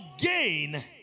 again